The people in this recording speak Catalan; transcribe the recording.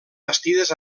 bastides